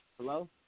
Hello